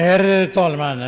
Herr talman!